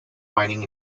mining